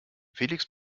felix